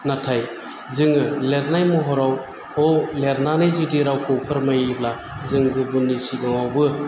नाथाय जोङो लिरनाय महरावखौ लिरनानै जुदि रावखौ फोरमायोब्ला जों गुबुननि सिगाङावबो